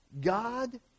God